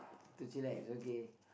chillax okay